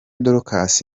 dorcas